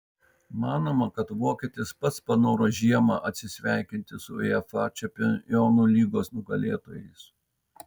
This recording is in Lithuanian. manoma kad vokietis pats panoro žiemą atsisveikinti su uefa čempionų lygos nugalėtojais